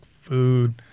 food